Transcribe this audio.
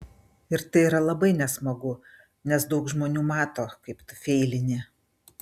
ir tai yra labai nesmagu nes daug žmonių mato kaip tu feilini